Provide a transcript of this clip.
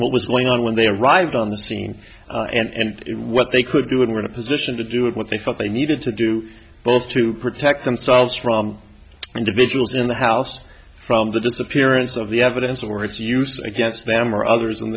what was going on when they arrived on the scene and what they could do and were in a position to do it what they felt they needed to do both to protect themselves from individuals in the house from the disappearance of the evidence or it's used against them or others